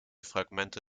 fragmente